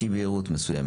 יש אי בהירות מסוימת.